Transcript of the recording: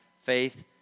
faith